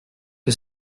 que